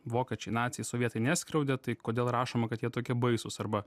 vokiečiai naciai sovietai neskriaudė tai kodėl rašoma kad jie tokie baisūs arba